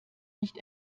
nicht